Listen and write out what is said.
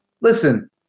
listen